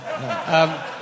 No